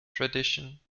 tradition